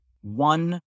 one